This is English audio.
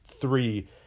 three